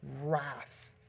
wrath